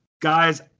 Guys